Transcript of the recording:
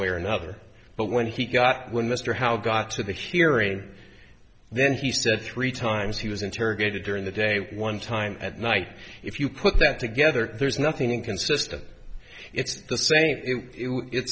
way or another but when he got when mr howe got to the hearing then he said three times he was interrogated during the day one time at night if you put that together there's nothing inconsistent it's the same it's